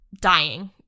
dying